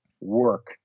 work